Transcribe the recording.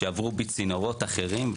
שעברו בצינורות אחרים,